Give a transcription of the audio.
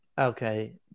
okay